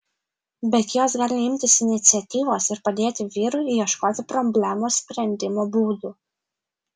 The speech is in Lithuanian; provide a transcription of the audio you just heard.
bet jos gali imtis iniciatyvos ir padėti vyrui ieškoti problemos sprendimo būdų